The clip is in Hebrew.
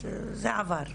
זה יעבור.